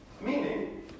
Meaning